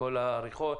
כל העריכות,